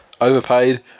overpaid